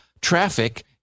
traffic